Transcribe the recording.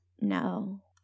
no